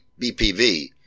BPV